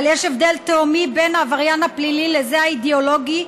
אבל יש הבדל תהומי בין העבריין הפלילי לזה האידיאולוגי,